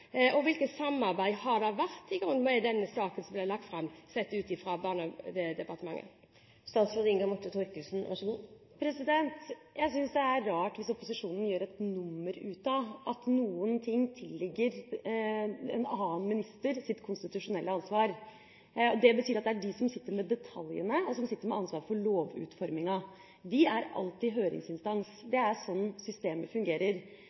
samarbeid har det vært i denne saken som ble lagt fram, sett fra departementets side? Jeg syns det er rart at opposisjonen gjør et nummer ut av at noen ting tilligger en annen ministers konstitusjonelle ansvar. Det betyr at det er de som sitter med detaljene og har ansvar for lovutforminga. Vi er alltid høringsinstans – det er sånn systemet fungerer.